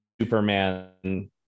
Superman